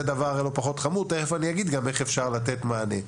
תכף אני אגיד גם איך אפשר לתת מענה.